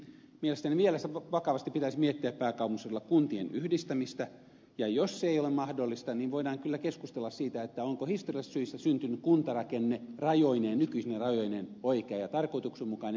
ensinnäkin mielestäni vielä vakavasti pitäisi miettiä pääkaupunkiseudulla kuntien yhdistämistä ja jos se ei ole mahdollista niin voidaan kyllä keskustella siitä onko historiallisista syistä syntynyt kuntarakenne nykyisine rajoineen oikea ja tarkoituksenmukainen